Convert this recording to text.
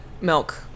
milk